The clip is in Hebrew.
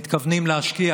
מתכוונים להשקיע